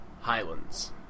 Highlands